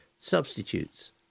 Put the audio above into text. Substitutes